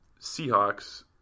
Seahawks